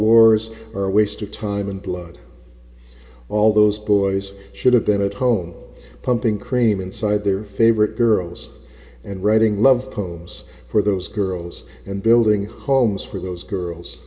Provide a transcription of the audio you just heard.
wars are a waste of time and blood all those boys should have been at home pumping cream inside their favorite girls and writing love poems for those girls and building homes for those girls